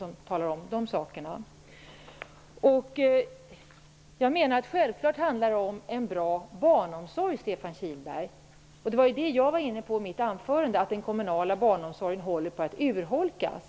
Självklart handlar det om en bra barnomsorg, Stefan Kihlberg. Det var ju det jag var inne på i mitt anförande: Den kommunala barnomsorgen håller på att urholkas.